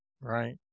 Right